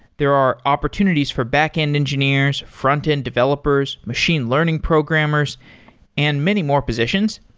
there are opportunities for backend engineers, frontend developers, machine learning programmers and many more positions.